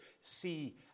see